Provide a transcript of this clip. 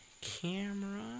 camera